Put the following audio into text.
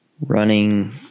running